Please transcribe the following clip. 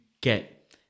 get